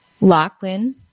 Lachlan